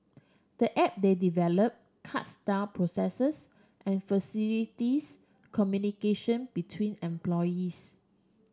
the app they develop cuts down processes and facilities communication between employees